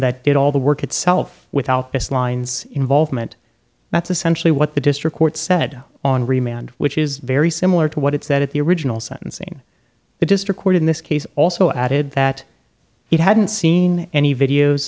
that did all the work itself without his lines involvement that's essentially what the district court said on remained which is very similar to what it said at the original sentencing the district court in this case also added that it hadn't seen any videos